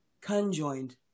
conjoined